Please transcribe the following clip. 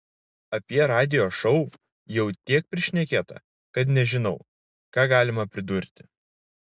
apie radijo šou jau tiek prišnekėta kad nežinau ką galima pridurti